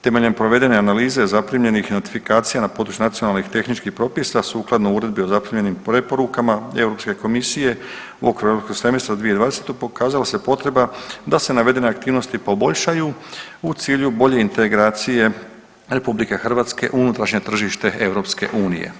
Temeljem provedene analize zaprimljenih notifikacija na području nacionalnih i tehničkih propisa sukladno Uredbi o zaprimljenim preporukama Europske komisije u okviru Europskog semestra 2020 pokazala se potreba da se navedene aktivnosti poboljšaju u cilju bolje integracije RH u unutrašnje tržište EU.